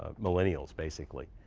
ah millennials, basically,